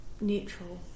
neutral